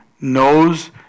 knows